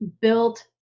built